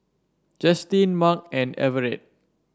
Justin Marc and Everette